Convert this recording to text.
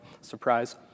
Surprise